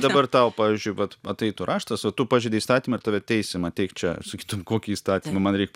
dabar tau pavyzdžiui vat ateitų raštas va tu pažeidei įstatymą ir tave teisim ateik čia sakytum kokį įstatymą man reik